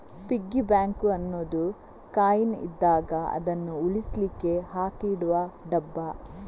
piggy bank ಅನ್ನುದು coin ಇದ್ದಾಗ ಅದನ್ನು ಉಳಿಸ್ಲಿಕ್ಕೆ ಹಾಕಿಡುವ ಡಬ್ಬ